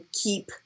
keep